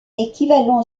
équivalent